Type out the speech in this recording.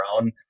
own